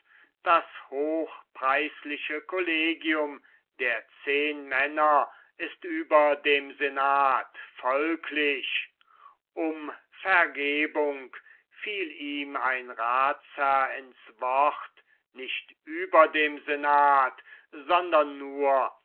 das hochpreisliche collegium der zehnmänner ist über den senat folglich um vergebung fiel ihm ein ratsherr ins wort nicht über den senat sondern nur